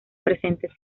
presentes